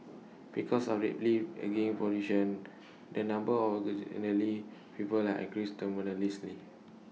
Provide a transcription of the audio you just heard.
because of the rapidly population the number of elderly people has increased tremendously